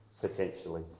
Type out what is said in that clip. potentially